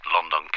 London